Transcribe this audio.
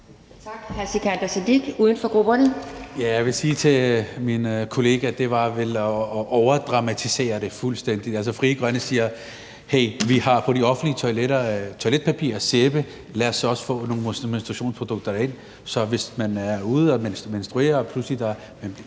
11:36 Sikandar Siddique (UFG): Jeg vil sige til min kollega, at det vel var at overdramatisere det fuldstændig. Frie Grønne siger: Hey, vi har på de offentlige toiletter toiletpapir og sæbe. Lad os også få nogle menstruationsprodukter derind, så hvis man er ude og menstruerer og pludselig